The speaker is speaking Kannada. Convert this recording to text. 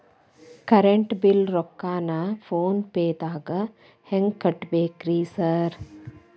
ಕರೆಂಟ್ ಬಿಲ್ ರೊಕ್ಕಾನ ಫೋನ್ ಪೇದಾಗ ಹೆಂಗ್ ಕಟ್ಟಬೇಕ್ರಿ ಸರ್?